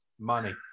Money